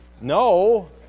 No